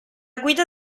guida